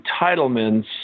entitlements